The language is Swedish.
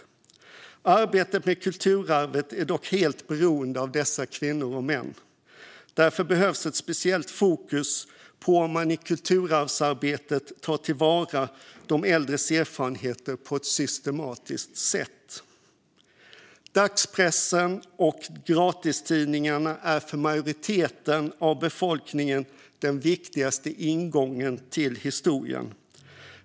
Arbetet med kulturarvet är dock helt beroende av dessa kvinnor och män. Därför behövs ett speciellt fokus på om man i kulturarvsarbetet tar till vara de äldres erfarenheter på ett systematiskt sätt. Dagspressen och gratistidningarna är för majoriteten av befolkningen den viktigaste ingången till historien.